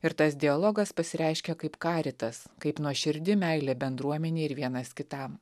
ir tas dialogas pasireiškia kaip caritas kaip nuoširdi meilė bendruomenei ir vienas kitam